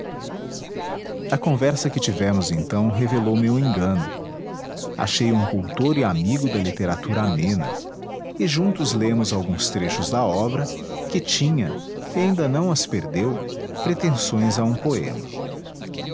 a conversa que tivemos então revelou meu engano achei um cultor e amigo da literatura amena e juntos lemos alguns trechos da obra que tinha e ainda não as perdeu pretensões a um poema